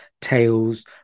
tales